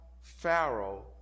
Pharaoh